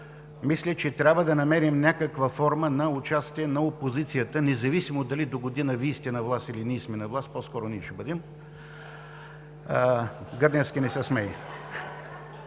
мисля, че трябва да намерим някаква форма на участие на опозицията, независимо дали догодина Вие сте на власт, или ние сме на власт – по-скоро ние ще бъдем. (Смях, оживление.)